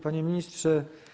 Panie Ministrze!